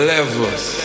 Levels